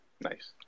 Nice